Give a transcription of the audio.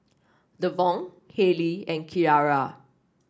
Devaughn Haley and Keara